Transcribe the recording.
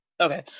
Okay